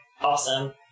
awesome